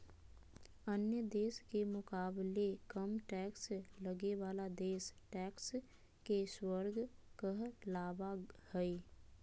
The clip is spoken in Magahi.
अन्य देश के मुकाबले कम टैक्स लगे बाला देश टैक्स के स्वर्ग कहलावा हई